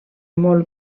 molt